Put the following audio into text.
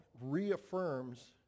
reaffirms